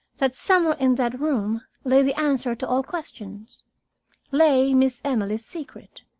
that somewhere in that room lay the answer to all questions lay miss emily's secret.